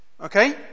okay